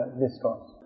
discourse